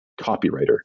copywriter